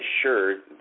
assured